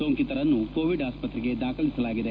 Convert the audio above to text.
ಸೋಂಕಿತರನ್ನು ಕೋವಿಡ್ ಆಸ್ಪತ್ರೆಗೆ ದಾಖಲಿಸಲಾಗಿದೆ